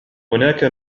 هناك